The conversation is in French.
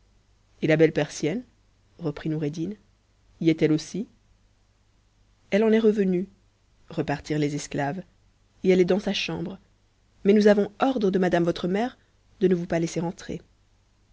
et la belle persienne reprit noureddin y est-elle aussi elle en est revenue repartirent les esclaves et elle est dans sa chambre mais nous avons ordre de madame votre mère de ne vous pas laisser entrer